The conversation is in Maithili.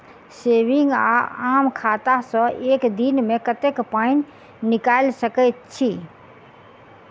सेविंग वा आम खाता सँ एक दिनमे कतेक पानि निकाइल सकैत छी?